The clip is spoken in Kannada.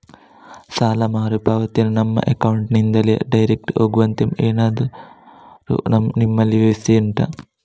ಸಾಲ ಮರುಪಾವತಿಯನ್ನು ನಮ್ಮ ಅಕೌಂಟ್ ನಿಂದಲೇ ಡೈರೆಕ್ಟ್ ಹೋಗುವಂತೆ ಎಂತಾದರು ನಿಮ್ಮಲ್ಲಿ ವ್ಯವಸ್ಥೆ ಉಂಟಾ